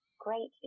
greatly